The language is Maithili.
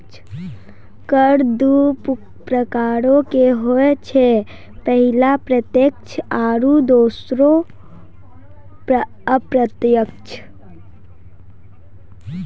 कर दु प्रकारो के होय छै, पहिला प्रत्यक्ष आरु दोसरो अप्रत्यक्ष